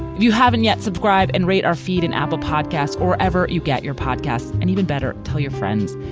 you haven't yet subscribe and rate our feed and apple podcast. or ever. you get your podcasts and even better tell your friends.